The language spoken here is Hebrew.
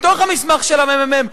לפי המסמך של הממ"מ,